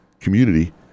community